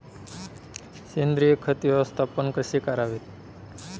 सेंद्रिय खत व्यवस्थापन कसे करावे?